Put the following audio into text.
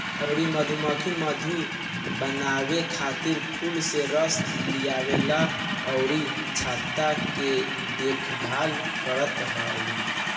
अउरी मधुमक्खी मधु बनावे खातिर फूल से रस लियावल अउरी छत्ता के देखभाल करत हई